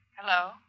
Hello